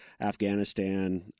Afghanistan